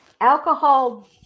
alcohol